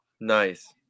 Nice